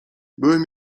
byłem